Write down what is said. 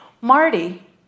Marty